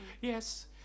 Yes